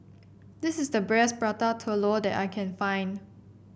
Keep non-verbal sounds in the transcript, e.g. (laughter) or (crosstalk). this is the (unintelligible) Prata Telur that I can find